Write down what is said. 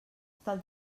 tal